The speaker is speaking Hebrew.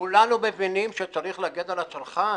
כולנו מבינים שצריך להגן על הצרכן,